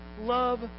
love